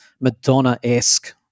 Madonna-esque